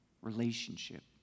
relationship